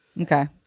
Okay